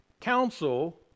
council